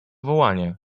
wołanie